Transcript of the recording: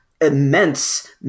immense